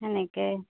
সেনেকে